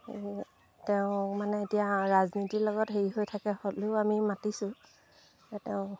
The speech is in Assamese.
তেওঁক তেওঁক মানে এতিয়া ৰাজনীতিৰ লগত হেৰি হৈ থাকে হ'লেও আমি মাতিছোঁ তেওঁ